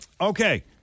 okay